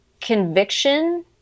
conviction